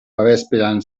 babespean